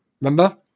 Remember